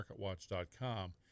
marketwatch.com